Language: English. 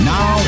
Now